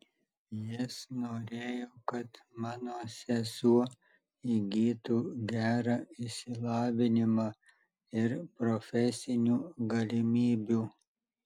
jis norėjo kad mano sesuo įgytų gerą išsilavinimą ir profesinių galimybių